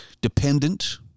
dependent